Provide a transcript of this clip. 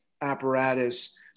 apparatus